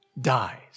dies